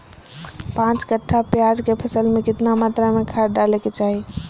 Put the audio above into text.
पांच कट्ठा प्याज के फसल में कितना मात्रा में खाद डाले के चाही?